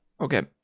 Okay